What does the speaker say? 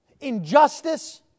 injustice